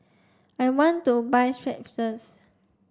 I want to buy Strepsils